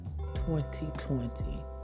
2020